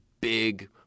big